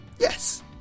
Yes